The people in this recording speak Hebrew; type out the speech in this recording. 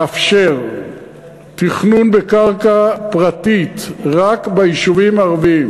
מאפשר תכנון בקרקע פרטית רק ביישובים הערביים.